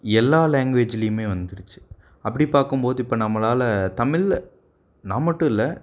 எல்லா லேங்வேஜ்ஜிலிமே வந்துடுச்சு அப்படி பார்க்கும் போது இப்போ நம்மளால் தமிழ் நான் மட்டும் இல்லை